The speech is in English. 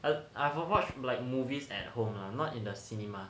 I I have watch like movies at home are not in the cinema